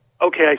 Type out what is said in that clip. okay